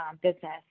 business